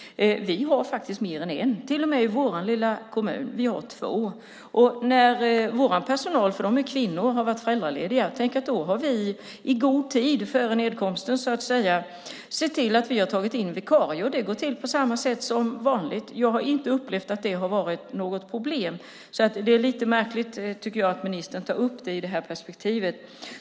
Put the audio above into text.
Vi har faktiskt mer än en. Till och med i vår lilla kommun har vi två. När de i vår personal - de är kvinnor - har varit föräldralediga har vi i god tid före nedkomsten, så att säga, sett till att vi har tagit in vikarier. Det går till på samma sätt som vanligt. Jag har inte upplevt att det har varit något problem. Därför tycker jag att det är lite märkligt att ministern tar upp det i det här perspektivet.